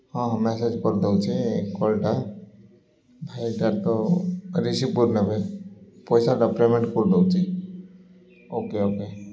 ହଁ ହଁ ମେସେଜ୍ କରିଦେଉଛି କଲ୍ଟା ଭାଇଟାର ତ ରିସିଭ୍ କରି ନେବେ ପଇସାଟା ପେମେଣ୍ଟ୍ କରିଦେଉଛି ଓ କେ ଓ କେ